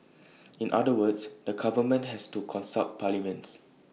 in other words the government has to consult parliament